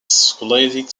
scholastic